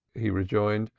he rejoined.